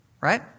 right